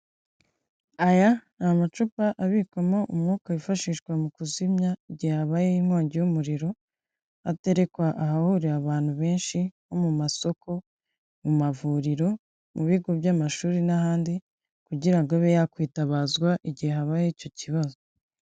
Aya ni amacupa abikwamo umwuka wifashishwa mu kuzimya igihe habayeho inkongi y'umuriro, aterekwa ahahurira abantu benshi, nko mu masoko, mu mavuriro, mu bigo by'amashuri n'ahandi, kugira ngo abe yakwitabazwa igihe habaye icyo kibazo.